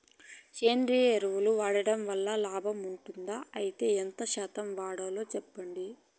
సేంద్రియ ఎరువులు వాడడం వల్ల లాభం ఉంటుందా? అయితే ఎంత శాతం వాడాలో చెప్పండి?